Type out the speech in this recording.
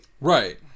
Right